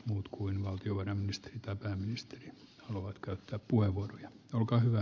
muut kuin valtio varmista että pääministeri ovat köyttä puivat olkaa hyvä